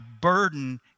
burden